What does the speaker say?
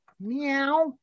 Meow